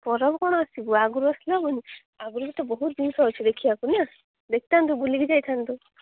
ପର୍ବ କ'ଣ ଆସିବୁ ଆଗୁରୁ ଆଗୁରୁ ବି ତ ବହୁତ ଜିନିଷ ଅଛି ଦେଖିବାକୁ ନାଁ ଦେଖିଥାନ୍ତୁ ବୁଲିକି ଯାଇଥାନ୍ତୁ